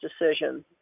decision